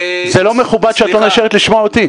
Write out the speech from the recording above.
זה לא מכובד שאת לא נשארת לשמוע אותי.